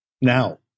Now